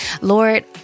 Lord